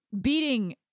beating